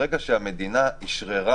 ברגע שהמדינה אשררה